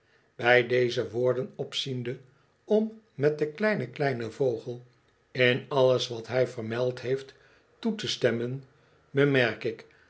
bij deze woorden opziende om met den kleinen kiemen vogel in alles wat hij vermeld heeft toe te stemmen bemerk ik